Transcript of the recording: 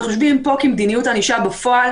אנחנו יושבים פה כי מדיניות הענישה בפועל